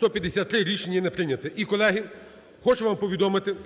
За-153 Рішення не прийнято. І, колеги, хочу вам повідомити,